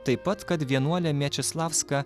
taip pat kad vienuolė mečislavska